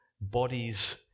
bodies